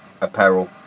apparel